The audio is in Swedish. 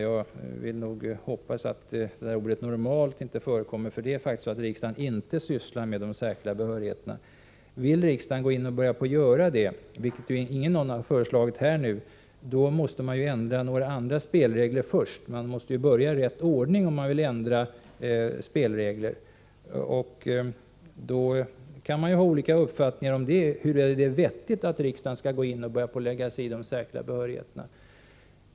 Jag hoppas att ordet ”normalt” inte förekommer i detta sammanhang. Det är faktiskt så att riksdagen inte sysslar med de särskilda behörigheterna. Vill riksdagen gå in och börja göra det, vilket ju ingen föreslagit här, måste man ändra några andra spelregler först. Man måste börja i rätt ordning om man vill ändra spelregler. Man kan ha olika uppfattningar om huruvida det är vettigt att riksdagen skall gå in och börja lägga sig i de särskilda behörigheterna.